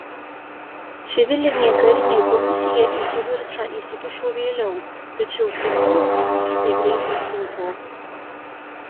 civilinė karinė komisija į kivirčą įsikišo vėliau tačiau seniūno kantrybė greitai trūko